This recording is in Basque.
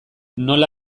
nola